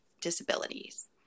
disabilities